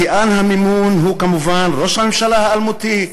שיאן המימון הוא כמובן ראש הממשלה האלמותי,